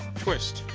twist,